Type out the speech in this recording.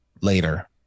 later